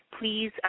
Please